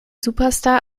superstar